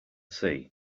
see